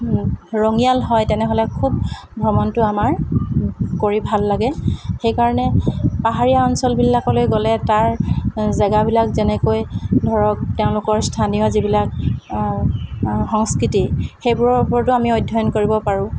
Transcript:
ৰঙীয়াল হয় তেনেহ'লে খুব ভ্ৰমণটো আমাৰ কৰি ভাল লাগে সেইকাৰণে পাহাৰীয়া অঞ্চলবিলাকলৈ গ'লে তাৰ জাগাবিলাক যেনেকৈ ধৰক তেওঁলোকৰ স্থানীয় যিবিলাক সংস্কৃতি সেইবোৰৰ ওপৰতো আমি অধ্যয়ন কৰিব পাৰোঁ